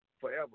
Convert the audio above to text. forever